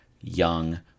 young